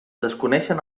desconeixen